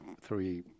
three